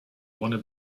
wanna